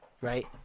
right